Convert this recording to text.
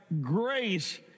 grace